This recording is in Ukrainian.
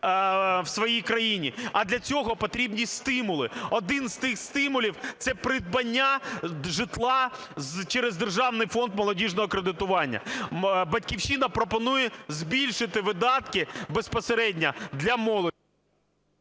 в своїй країні, а для цього потрібні стимули. Один з цих стимулів – це придбання житла через Державний фонд молодіжного кредитування. "Батьківщина" пропонує збільшити видатки безпосередньо для молоді…